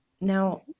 now